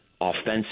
offensive